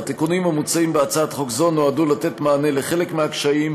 והתיקונים המוצעים בהצעת חוק זו נועדו לתת מענה לחלק מהקשיים.